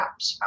apps